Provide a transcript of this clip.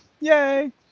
yay